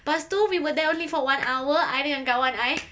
pas tu we were there only for one hour I dengan kawan I